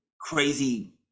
crazy